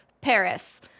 Paris